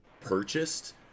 purchased